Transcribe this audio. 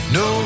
no